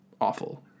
awful